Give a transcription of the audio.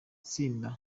tsinda